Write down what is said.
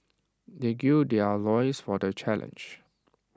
they gird their loins for the challenge